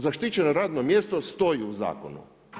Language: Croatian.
Zaštićeno radno mjesto stoji u zakonu.